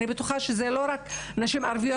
אני בטוחה שזה לא רק נשים ערביות,